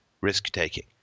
risk-taking